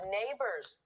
neighbors